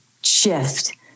shift